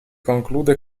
conclude